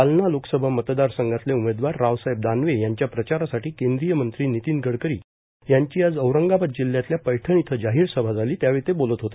जालना लोकसभा मतदार संघातले उमेदवार रावसाहेब दानवे यांच्या प्रचारसाठी केंद्रीय मंत्री नितीन गडकरी यांची आज औरंगाबाद जिल्ह्यातल्या पैठण इथं जाहीर सभा झाली त्यावेळी ते बोलत होते